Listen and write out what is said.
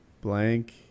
blank